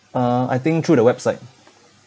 uh I think through the website